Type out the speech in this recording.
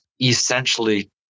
essentially